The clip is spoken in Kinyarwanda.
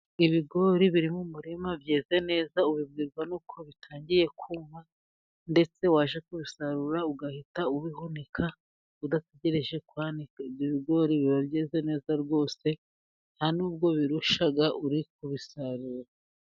Ibigori biri mu murima byeze neza ubibwirwa n'uko bitangiye kuma, ndetse wajya kubisarura ugahita ubihunika udategereje kwanika. Ibigori biba byeze neza rwose, nta nubwo birusha uri kubisarura.